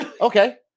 Okay